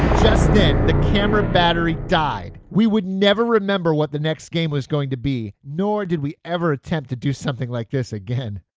then, the camera battery died we would never remember what the next game was going to be nor did we ever attempt to do something like this again